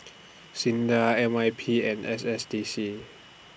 SINDA N Y P and S S D C